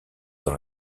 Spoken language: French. dans